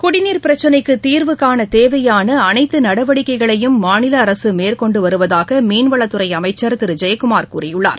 குடிநீர் பிரச்சினைக்கு தீர்வு காண தேவையான அனைத்து நடவடிக்கைகளையும் மாநில அரசு மேற்கொண்டு வருவதாக மீன்வளத் துறை அமைச்சர் திரு ஜெயக்குமார் கூறியுள்ளார்